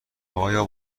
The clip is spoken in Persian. آیا